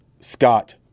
Scott